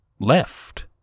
left